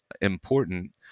important